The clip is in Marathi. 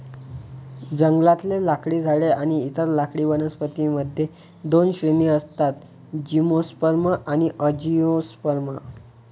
जंगलातले लाकडी झाडे आणि इतर लाकडी वनस्पतीं मध्ये दोन श्रेणी असतातः जिम्नोस्पर्म आणि अँजिओस्पर्म